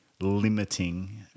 limiting